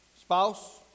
spouse